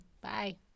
bye